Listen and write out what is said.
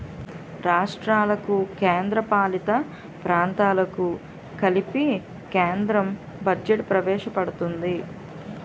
రాష్ట్రాలకు కేంద్రపాలిత ప్రాంతాలకు కలిపి కేంద్రం బడ్జెట్ ప్రవేశపెడుతుంది